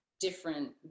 different